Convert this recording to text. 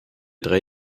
drei